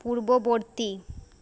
পূর্ববর্তী